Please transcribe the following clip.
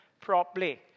properly